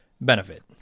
benefit